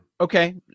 okay